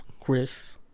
chris